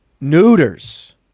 neuters